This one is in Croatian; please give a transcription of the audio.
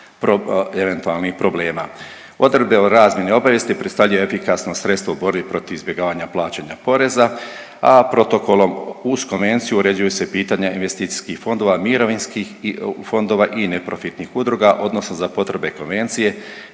eventualnih problema. Odredbe o razmjeni obavijesti predstavljaju efikasno sredstvo u borbi protiv izbjegavanja plaćanja poreza, a protokolom uz Konvenciju uređuje se pitanje investicijskih fondova, mirovinskih fondova i neprofitnih udruga odnosno za potrebe Konvencije